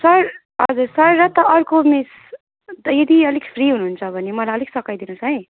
sir हजुर sir र त अर्को मिस यदि अलिक फ्री हुनु हुन्छ भने मलाई अलिक सघाइदिनु होस् है